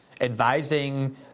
advising